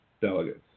delegates